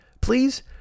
please